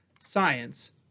science